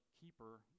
keeper